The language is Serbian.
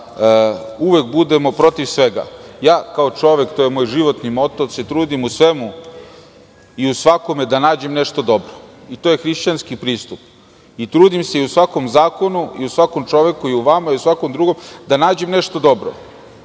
da uvek budemo protiv svega. Kao čovek, moj životni moto je da se trudim da u svemu i svakome nađem nešto dobro. To je hrišćanski pristup. Trudim se da u svakom zakonu, svakom čoveku, vama, i u svakom drugom da nađem nešto dobro